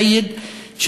7%; א-סייד,